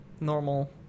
normal